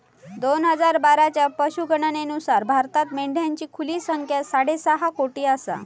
दोन हजार बाराच्या पशुगणनेनुसार भारतात मेंढ्यांची खुली संख्या साडेसहा कोटी आसा